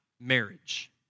marriage